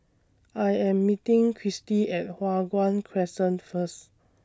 I Am meeting Christi At Hua Guan Crescent First